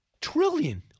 Trillion